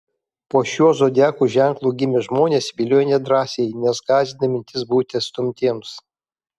po šiuo zodiako ženklu gimę žmonės vilioja nedrąsiai nes gąsdina mintis būti atstumtiems